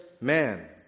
man